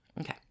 Okay